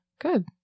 good